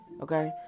Okay